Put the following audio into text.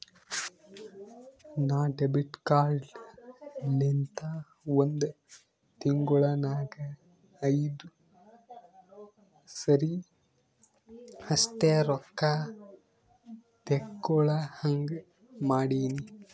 ನಾ debit card ಲಿಂತ ಒಂದ್ ತಿಂಗುಳ ನಾಗ್ ಐಯ್ದು ಸರಿ ಅಷ್ಟೇ ರೊಕ್ಕಾ ತೇಕೊಳಹಂಗ್ ಮಾಡಿನಿ